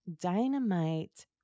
dynamite